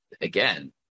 again